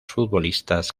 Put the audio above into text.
futbolistas